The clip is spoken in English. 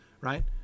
Right